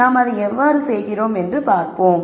நாம் அதை எவ்வாறு செய்கிறோம் என்று பார்ப்போம்